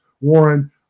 Warren